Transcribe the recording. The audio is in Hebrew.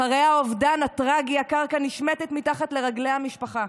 אחרי האובדן הטרגי הקרקע נשמטת מתחת לרגלי המשפחה.